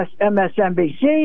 MSNBC